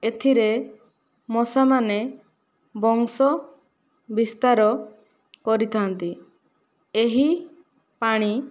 ଏଥିରେ ମଶାମାନେ ବଂଶ ବିସ୍ତାର କରିଥାନ୍ତି ଏହି ପାଣି